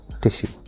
tissue